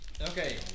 Okay